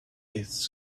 taste